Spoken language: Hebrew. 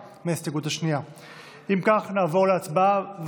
אם כך, אנחנו הולכים להצביע על הסתייגות מס' 1,